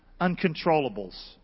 uncontrollables